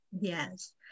Yes